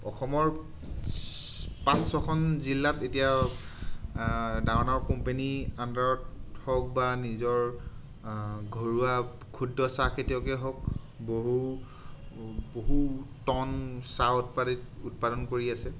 অসমৰ পাঁচ ছখন জিলাত এতিয়া ডাঙৰ ডাঙৰ কোম্পেনীৰ আণ্ডাৰত হওক বা নিজৰ ঘৰুৱা ক্ষুদ্ৰ চাহ খেতিয়কে হওক বহু বহুত টন চাহ উৎপাদিত উৎপাদন কৰি আছে